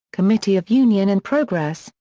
committee of union and progress,